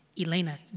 Elena